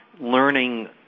learning